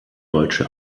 deutsche